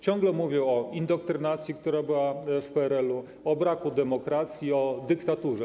Ciągle mówią o indoktrynacji, która była w PRL-u, o braku demokracji, o dyktaturze.